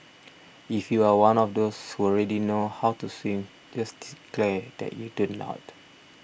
if you are one of those who already know how to swim just declare that you do not